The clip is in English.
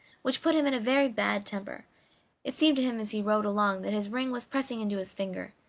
which put him in a very bad temper it seemed to him as he rode along that his ring was pressing into his finger,